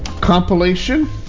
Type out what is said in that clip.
compilation